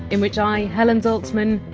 in which i, helen zaltzman,